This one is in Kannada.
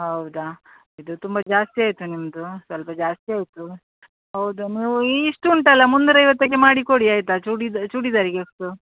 ಹೌದ ಇದು ತುಂಬ ಜಾಸ್ತಿ ಆಯಿತು ನಿಮ್ಮದು ಸ್ವಲ್ಪ ಜಾಸ್ತಿ ಆಯಿತಾ ಹೌದ ನೀವು ಇಷ್ಟು ಉಂಟಲ್ಲ ಮುನ್ನೂರು ಐವತ್ತಕ್ಕೆ ಮಾಡಿ ಕೊಡಿ ಆಯಿತಾ ಚೂಡಿದ್ ಚೂಡಿದಾರಿಗೆ ಎಷ್ಟು